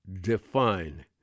define